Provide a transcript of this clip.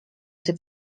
się